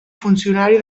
funcionari